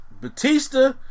Batista